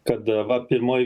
kad va pirmoj